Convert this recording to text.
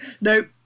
nope